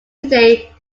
today